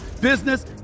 business